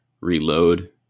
reload